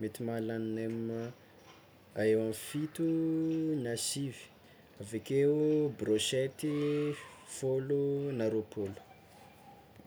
mety mahalany nem eo ain'ny fito na sivy avekeo brochety folo na roapolo.